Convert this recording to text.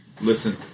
listen